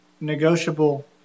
negotiable